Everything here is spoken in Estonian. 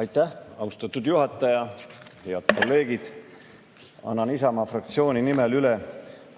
Aitäh, austatud juhataja! Head kolleegid! Annan Isamaa fraktsiooni nimel üle